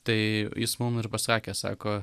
tai jis mum ir pasakė sako